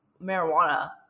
marijuana